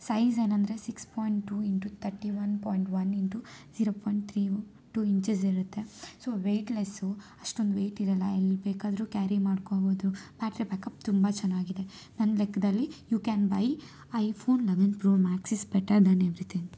size ಏನಂದರೆ six point two into thirty one point one into zero point three two inches ಇರುತ್ತೆ so weightless ಅಷ್ಟೊಂದು weight ಇರೊಲ್ಲ ಎಲ್ಲಿ ಬೇಕಾದರೂ ಕ್ಯಾರಿ ಮಾಡ್ಕೋಬೋದು ಬ್ಯಾಟ್ರಿ ಬ್ಯಾಕಪ್ ತುಂಬ ಚೆನ್ನಾಗಿದೆ ನನ್ನ ಲೆಕ್ಕದಲ್ಲಿ you can buy iPhone eleven pro max is better than everything